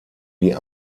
die